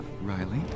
Riley